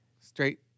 Straight